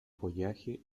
follaje